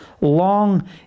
long